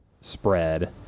spread